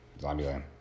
Zombieland